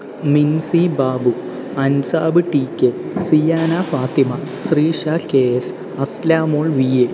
Mincy Babu Ansab T K Siyana Fathima Sreesha K S Aslamol V A